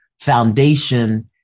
foundation